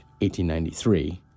1893